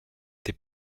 des